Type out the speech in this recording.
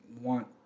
want